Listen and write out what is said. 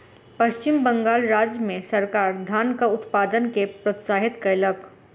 पश्चिम बंगाल राज्य मे सरकार धानक उत्पादन के प्रोत्साहित कयलक